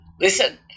listen